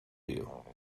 you